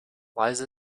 liza